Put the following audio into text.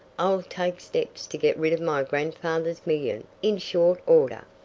i'll take steps to get rid of my grandfather's million in short order.